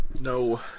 No